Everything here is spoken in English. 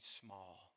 small